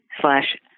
slash